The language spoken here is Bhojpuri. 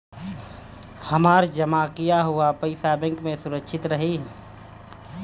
हमार जमा किया हुआ पईसा बैंक में सुरक्षित रहीं?